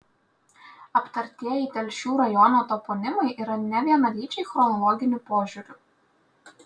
aptartieji telšių rajono toponimai yra nevienalyčiai chronologiniu požiūriu